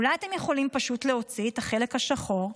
אולי אתם יכולים פשוט להוציא את החלק השחור?